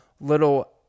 Little